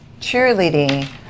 cheerleading